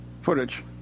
footage